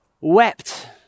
wept